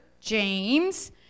James